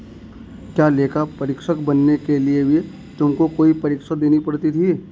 क्या लेखा परीक्षक बनने के लिए भी तुमको कोई परीक्षा देनी पड़ी थी?